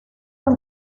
los